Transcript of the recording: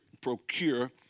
procure